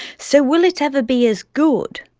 so will it ever be as good?